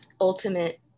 ultimate